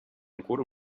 ancora